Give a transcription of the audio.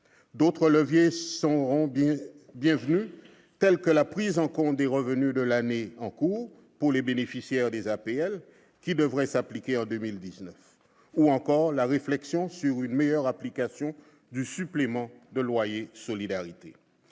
D'autres leviers seront bienvenus. Je pense à la prise en compte des revenus de l'année en cours pour les bénéficiaires des APL, laquelle devrait s'appliquer en 2019, ou encore à la réflexion sur une meilleure application du supplément de loyer de solidarité.